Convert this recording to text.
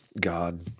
God